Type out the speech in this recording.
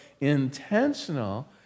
intentional